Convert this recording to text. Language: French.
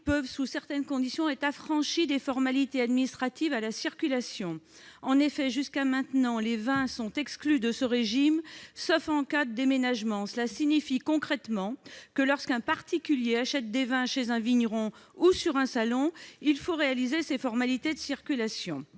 peuvent, sous certaines conditions, être affranchies des formalités administratives à la circulation. Jusqu'à maintenant, les vins sont exclus de ce régime, sauf en cas de déménagement. Cela signifie concrètement que lorsqu'un particulier achète des vins chez un vigneron ou sur un salon, il faut réaliser ces formalités de circulation.